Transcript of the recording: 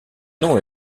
nom